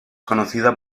conocida